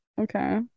Okay